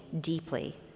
deeply